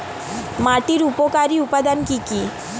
মাটির উপকারী উপাদান কি কি?